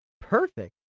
perfect